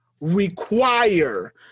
require